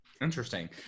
Interesting